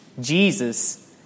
Jesus